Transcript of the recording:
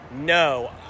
No